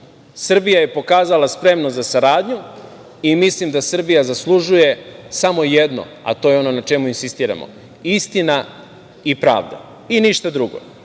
Srbija je pokazala spremnost za saradnju i mislim da Srbija zaslužuje samo jedno, a to je ono na čemu insistiramo, istina i pravda, ništa drugo. Dakle,